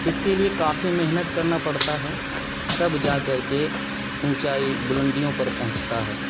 اس کے لیے کافی محنت کرنا پڑتا ہے تب جا کر کے اونچائی بلندیوں پر پہنچتا ہے